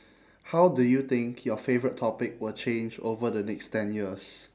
how do you think your favourite topic will change over the next ten years